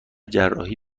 جراحی